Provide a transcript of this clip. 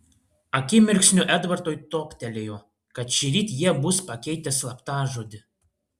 akimirksniu edvardui toptelėjo kad šįryt jie bus pakeitę slaptažodį